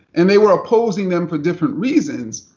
and they were opposing them for different reasons,